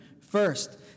First